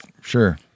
sure